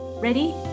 Ready